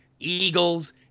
eagles